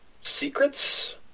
secrets